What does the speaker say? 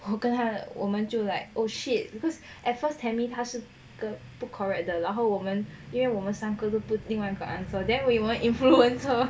我跟他我们就 like oh shit because at first tammie 她是个不 correct 的然后我们因为我们三个都另外一个 answer then we influence her